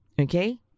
okay